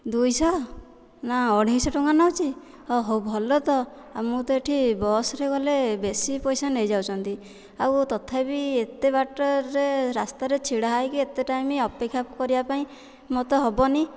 ଦୁଇଶହ ନା ଅଢ଼େଇ ଶହ ଟଙ୍କା ନେଉଛି ଓ ହଉ ଭଲ ତ ମୁଁ ତ ଏଇଠି ବସ୍ରେ ଗଲେ ବେଶୀ ପଇସା ନେଇଯାଉଛନ୍ତି ଆଉ ତଥାପି ଏତେ ବାଟରେ ରାସ୍ତାରେ ଛିଡ଼ା ହୋଇକି ଏତେ ଟାଇମ୍ ଅପେକ୍ଷା କରିବା ପାଇଁ ମୋର ତ ହେବନି